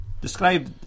describe